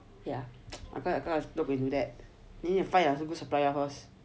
ya I'm going to do that need to find a good supplier first